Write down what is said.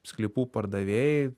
sklypų pardavėjai